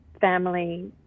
family